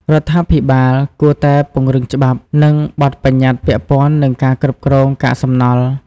រដ្ឋាភិបាលគួរតែពង្រឹងច្បាប់ និងបទប្បញ្ញតិ្តពាក់ព័ន្ធនឹងការគ្រប់គ្រងកាកសំណល់។